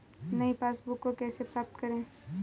नई पासबुक को कैसे प्राप्त करें?